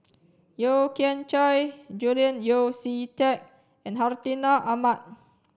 Yeo Kian Chye Julian Yeo See Teck and Hartinah Ahmad